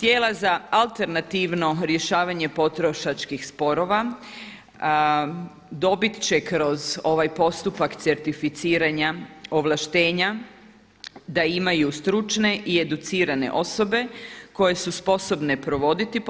Tijela za alternativno rješavanje potrošačkih sporova dobiti će kroz ovaj postupak certificiranja ovlaštenja da imaju stručne i educirane osobe koje su sposobne provoditi